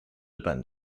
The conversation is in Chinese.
日本